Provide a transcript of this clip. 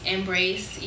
Embrace